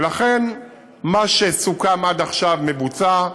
ולכן מה שסוכם עד עכשיו מבוצע,